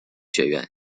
学院